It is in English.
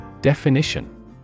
Definition